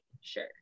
sure